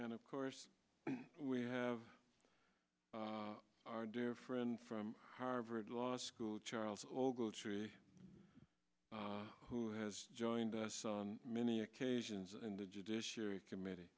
and of course we have our dear friend from harvard law school charles ogletree who has joined us on many occasions in the judiciary committee